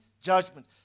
judgment